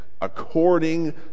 according